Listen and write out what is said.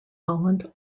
holland